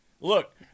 Look